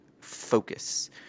focus